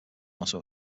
also